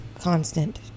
constant